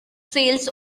sales